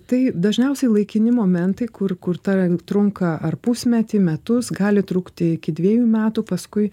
tai dažniausiai laikini momentai kur kur ta trunka ar pusmetį metus gali trukti iki dvejų metų paskui